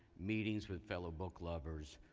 meetings with fellow book lovers,